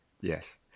yes